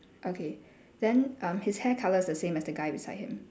okay then um his hair colour is the same as the guy beside him